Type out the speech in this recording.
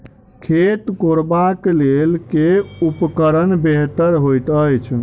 खेत कोरबाक लेल केँ उपकरण बेहतर होइत अछि?